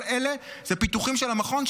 כל אלה הם פיתוחים של המכון,